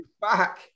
back